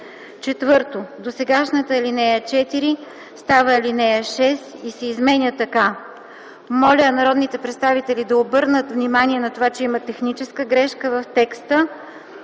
2.” 4. Досегашната ал. 4 става ал. 6 и се изменя така: Моля народните представители да обърнат внимание на това, че има техническа грешка в текста